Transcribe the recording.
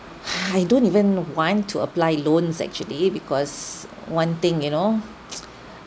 I don't even want to apply loans actually because one thing you know